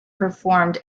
performed